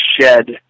shed